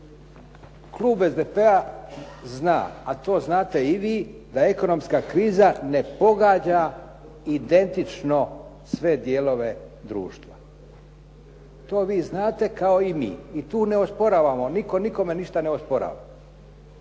Klub SDP-a zna, a to znate i vi da ekonomska kriza ne pogađa identično sve dijelove društva. To vi znate kao i mi i tu ne osporavamo. Nitko nikome ništa ne osporava,